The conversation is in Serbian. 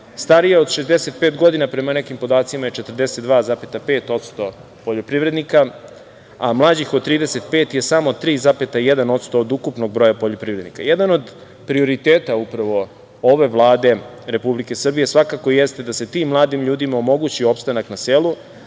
Starijih od 65 godina je prema nekim podacima 42,5% poljoprivrednika, a mlađih od 35 je samo 3,1% od ukupnog broja poljoprivrednika. Jedan od prioriteta Vlade Republike Srbije je svakako da se tim mladim ljudima omogući opstanak na selu,